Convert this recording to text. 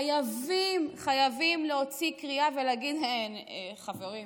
חייבים חייבים להוציא קריאה ולהגיד: חברים,